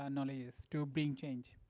ah knowledge to bring change?